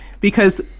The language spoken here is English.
because-